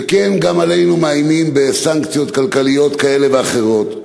וכן מאיימים עלינו בסנקציות כלכליות כאלה ואחרות.